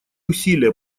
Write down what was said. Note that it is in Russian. усилия